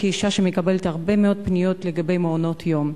כאשה שמקבלת הרבה מאוד פניות לגבי מעונות-יום.